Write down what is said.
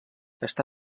està